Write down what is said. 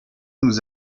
nous